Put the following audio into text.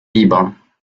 libre